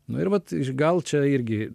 nu ir vat iš gal čia irgi